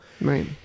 Right